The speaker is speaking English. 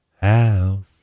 house